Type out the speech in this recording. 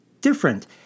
different